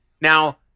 Now